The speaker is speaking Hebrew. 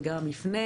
וגם לפני,